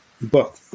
book